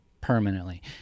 permanently